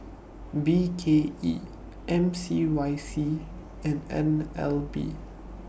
B K E M C Y C and N L B